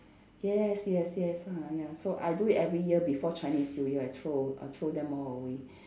yes yes yes ah ya so I do it every year before Chinese New Year I throw I throw them all away